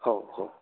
हो हो